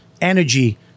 energy